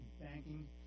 banking